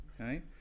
Okay